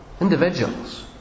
Individuals